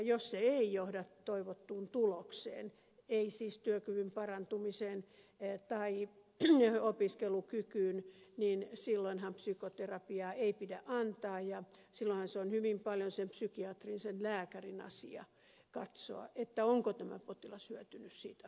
jos se ei johda toivottuun tulokseen siis työkyvyn parantumiseen tai opiskelukykyyn niin silloinhan psykoterapiaa ei pidä antaa ja silloinhan se on hyvin paljon sen psykiatrin sen lääkärin asia katsoa onko tämä potilas hyötynyt siitä hoidosta